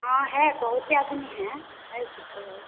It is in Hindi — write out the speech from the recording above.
हाँ है बहुते आदमी हैं है